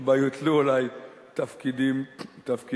שבה יוטלו עלי תפקידים דומים.